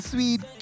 Sweet